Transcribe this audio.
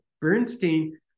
Bernstein